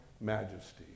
majesty